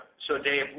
so dave,